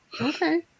Okay